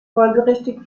folgerichtig